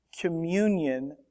communion